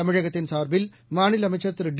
தமிழகத்தின் சார்பில் மாநில அமைச்சர் திரு டி